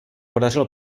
podařilo